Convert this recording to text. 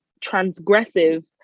transgressive